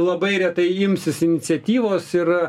labai retai imsis iniciatyvos ir